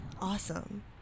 Awesome